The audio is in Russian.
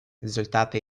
результаты